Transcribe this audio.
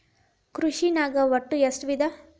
ಕೃಷಿನಾಗ್ ಒಟ್ಟ ಎಷ್ಟ ವಿಧ?